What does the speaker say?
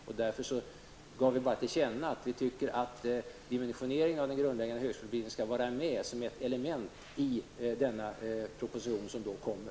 Vi gav därför bara till känna att vi tycker att dimensioneringen av den grundläggande högskoleutbildningen skall vara med som ett element i den proposition som kommer.